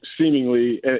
seemingly